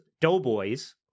Doughboys